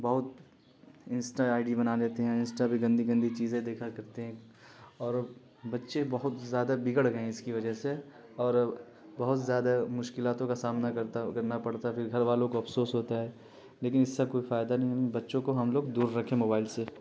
بہت insta I D بنا لیتے ہیں انسٹا پہ گندی گندی چیزیں دیکھا کرتے ہیں اور بچے بہت زیادہ بگڑ گئے ہیں اس کی وجہ سے اور بہت زیادہ مشکلاتوں کا سامنا کرتا کرنا پڑتا ہے پھر گھر والوں کو افسوس ہوتا ہے لیکن اس سے کوئی فائدہ نہیں ہے بچوں کو ہم لوگ دور رکھیں موبائل سے